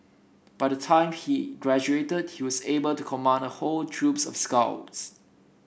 by the time he graduated he was able to command a whole troops of scouts